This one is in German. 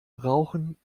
rauchen